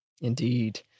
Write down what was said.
Indeed